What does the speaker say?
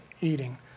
eating